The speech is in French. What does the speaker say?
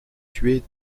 tuer